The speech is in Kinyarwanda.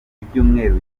ibyumweru